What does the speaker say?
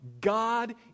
God